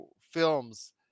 films